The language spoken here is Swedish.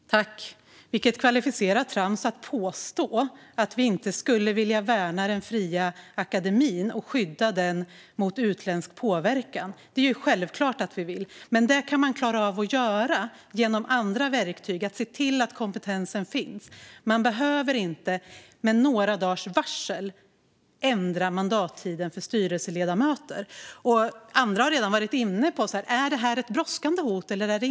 Fru talman! Vilket kvalificerat trams att påstå att vi inte skulle vilja värna den fria akademin och skydda den mot utländsk påverkan! Det är ju självklart att vi vill det. Men det kan man göra med andra verktyg. Det handlar om att se till att kompetensen finns. Man behöver inte med några dagars varsel ändra mandattiden för styrelseledamöter. Andra har redan varit inne på frågan om detta verkligen är brådskande eller inte.